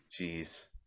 Jeez